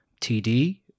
TD